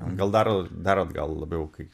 gal dar dar atgal labiau kai